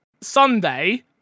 Sunday